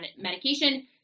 medication